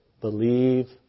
Believe